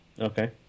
Okay